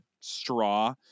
straw